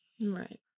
Right